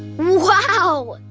wow!